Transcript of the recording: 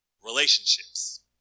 Relationships